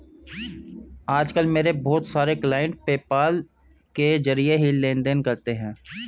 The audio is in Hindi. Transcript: आज कल मेरे बहुत सारे क्लाइंट पेपाल के जरिये ही लेन देन करते है